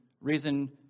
reason